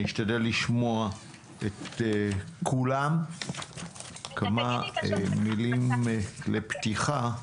אני אשתדל לשמוע את כולם אחרי שאומר כמה מילים לפתיחה.